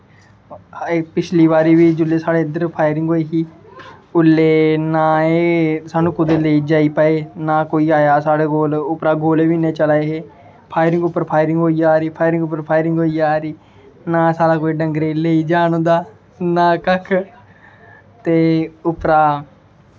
पिछली बारी बी जेल्लै साढ़े इद्धर फायरिंग होई ही ओल्लै ना एह् सानूं कुदै लेई जाई पाए ना कोई आया साढ़े कोल उप्परा दा गोले बी इ'न्ने चला दे हे फायरिंग उप्पर फायरिंग होई जा दी ना कोई साढ़े डंगरें गी लेई जान होंदा ना कक्ख ते उप्परा दा